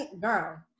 girl